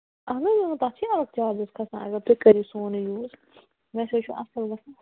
اَہن حظ اۭں تَتھ چھِ الگ چارجِز کھسان اَگر تُہۍ کٔرِو سون یہِ یوٗز ویسے چھُ اَصٕل گژھان